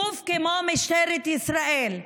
גוף כמו משטרת ישראל,